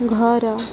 ଘର